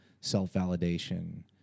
self-validation